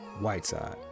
Whiteside